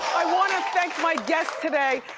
i wanna thank my guest today.